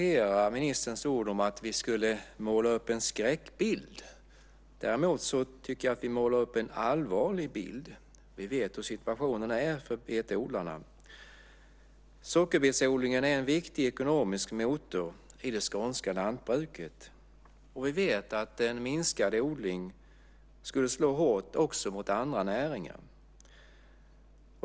Fru talman! Jag har svårt att acceptera ministerns ord om att vi skulle måla upp en skräckbild. Jag tycker att vi däremot målar upp en allvarlig bild. Vi vet hur situationen är för betodlarna. Sockerbetsodlingen är en viktig ekonomisk motor i det skånska lantbruket, och vi vet att en minskad odling skulle slå hårt också mot andra näringar.